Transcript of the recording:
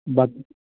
ਬਾਕੀ